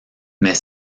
mais